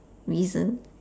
reason